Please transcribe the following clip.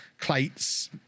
Clates